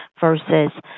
versus